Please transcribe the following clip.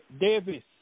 Davis